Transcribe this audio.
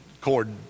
cord